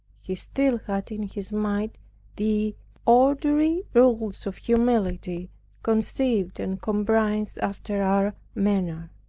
he still had in his mind the ordinary rules of humility conceived and comprised after our manner.